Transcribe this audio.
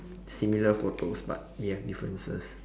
similar photos but we have differences